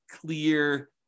clear